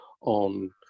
on